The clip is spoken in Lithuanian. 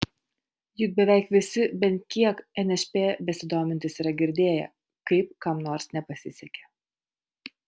juk beveik visi bent kiek nšp besidomintys yra girdėję kaip kam nors nepasisekė